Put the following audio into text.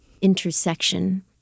intersection